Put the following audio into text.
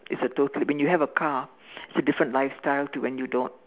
it's totally when you have a car it's a different lifestyle to when you don't